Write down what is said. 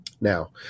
Now